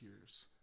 years